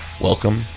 welcome